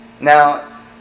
Now